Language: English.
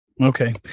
Okay